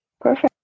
Perfect